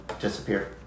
disappear